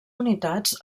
unitats